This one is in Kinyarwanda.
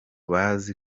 bazi